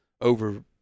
over –